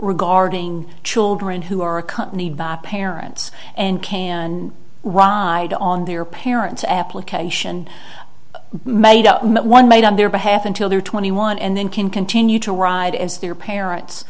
regarding children who are accompanied by parents and came and wide on their parents application made up one made on their behalf until they're twenty one and then can continue to ride as their parents